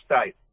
state